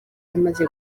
amaze